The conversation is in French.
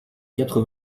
quatre